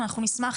נשמח,